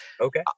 Okay